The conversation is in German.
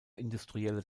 industrielle